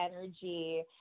energy